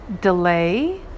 delay